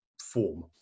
form